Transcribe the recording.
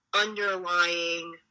underlying